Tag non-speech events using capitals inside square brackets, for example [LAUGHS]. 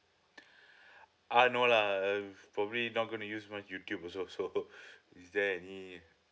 uh no lah uh probably not gonna use my youtube also so [LAUGHS] is there any